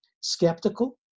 skeptical